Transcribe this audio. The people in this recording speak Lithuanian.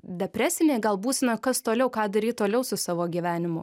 depresinėj gal būsenoj kas toliau ką daryt toliau su savo gyvenimu